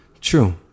True